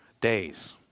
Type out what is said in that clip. days